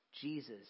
Jesus